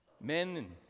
Men